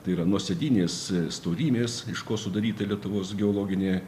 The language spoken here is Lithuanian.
tai yra nuosėdinės storymės iš ko sudaryta lietuvos geologinė